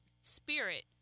spirit